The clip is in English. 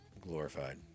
glorified